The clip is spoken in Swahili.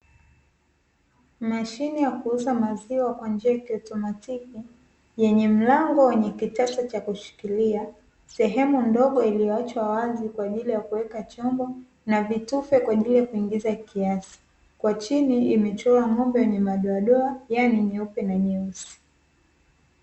Mashine ya kuuza maziwa kwa njia ya kiautomatiki, yenye mlango wenye kitasa cha kushikilia sehemu ndogo iliyoachwa wazi kwa ajili ya kuweka chombo na vitufe kwa ajili ya kuingiza kiasi, kwa chini imechorwa ng'ombe yenye madoadoa yani nyeupe na nyeusi.